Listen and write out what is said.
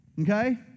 Okay